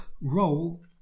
roll